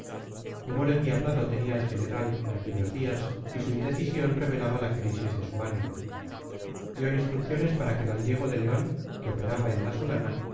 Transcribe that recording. pensamiento humor endiablado tenía el general en aquellos días y su indecisión revelaba la crisis de su ánimo dio instrucciones para que d diego de león que operaba en la solana